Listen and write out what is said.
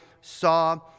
saw